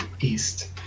East